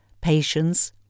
patience